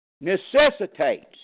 necessitates